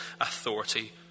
authority